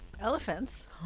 Elephants